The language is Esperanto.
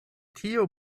tiu